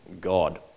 God